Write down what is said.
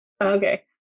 Okay